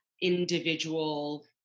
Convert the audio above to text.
individual